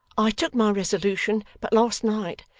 i took my resolution but last night,